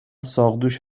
ساقدوش